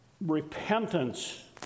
repentance